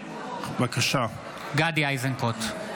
(קורא בשמות חברי הכנסת) גדי איזנקוט,